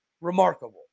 remarkable